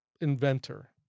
inventor